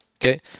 okay